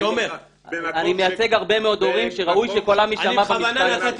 אני מייצג הרבה מאוד הורים שראוי שקולם ישמע במשכן הזה.